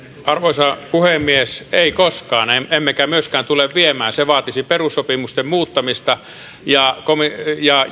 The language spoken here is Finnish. arvoisa puhemies ei koskaan emmekä myöskään tule viemään se vaatisi perussopimusten muuttamista ja